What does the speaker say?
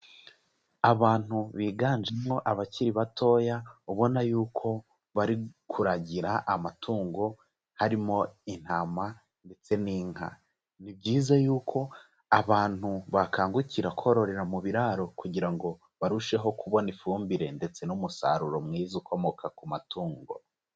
Abantu biganjemo abakiri batoya, ubona yuko bari kuragira amatungo arimo intama ndetse n'inka. Ni byiza yuko abantu bakangukira kororera mu biraro, kugira ngo barusheho kubona ifumbire ndetse n'umusaruro mwiza ukomoka ku matungo.